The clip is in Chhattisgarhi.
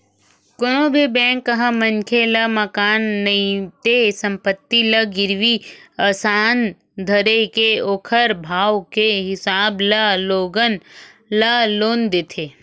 कोनो भी बेंक ह मनखे ल मकान नइते संपत्ति ल गिरवी असन धरके ओखर भाव के हिसाब ले लोगन ल लोन देथे